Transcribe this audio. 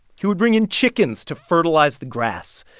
he would bring in chickens to fertilize the grass.